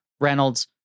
Reynolds